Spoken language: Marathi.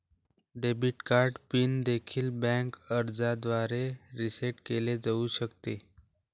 डेबिट कार्ड पिन देखील बँक अर्जाद्वारे रीसेट केले जाऊ शकते